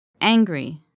Angry